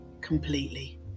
completely